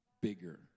bigger